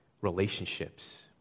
relationships